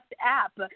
app